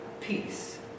peace